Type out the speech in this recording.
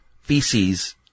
feces